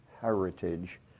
heritage